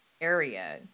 area